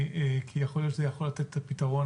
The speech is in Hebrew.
כי יכול להיות שזה יכול לתת את הפתרון